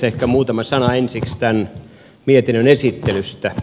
ehkä muutama sana ensiksi tämän mietinnön esittelystä